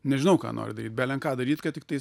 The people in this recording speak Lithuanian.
nežinau ką nori daryt belen ką daryt kad tiktais